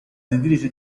editrice